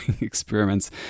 experiments